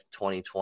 2020